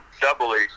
doubly